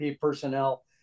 personnel